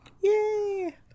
Yay